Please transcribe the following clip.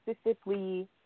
specifically